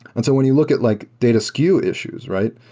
and so when you look at like data skew issues, right?